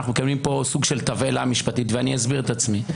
אנחנו מקבלים פה סוג של תבהלה משפטית ואני אסביר את עצמי.